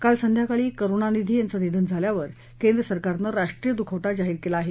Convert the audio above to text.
काल संध्याकाळी करुणानिधी यांचं निधन झाल्यानंतर केंद्र सरकारनं राष्ट्रीय दुखवटा जाहीर केला आहे